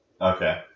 Okay